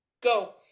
go